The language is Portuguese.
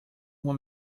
uma